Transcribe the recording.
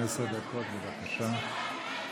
עשר דקות, בבקשה.